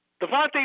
Devontae